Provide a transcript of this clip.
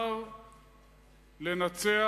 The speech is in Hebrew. שאפשר לנצח,